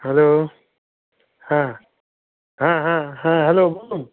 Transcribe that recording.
hello হ্যাঁ হ্যাঁ হ্যাঁ হ্যাঁ হ্যালো বলুন